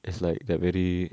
it's like that very